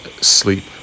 Sleep